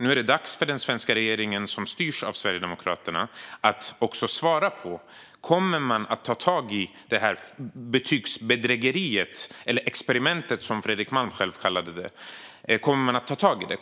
Nu är det dags för den svenska regeringen, som styrs av Sverigedemokraterna, att också svara på om man kommer att ta tag i detta betygsbedrägeri eller detta experiment, som Fredrik Malm kallade det. Kommer man att ta tag i det?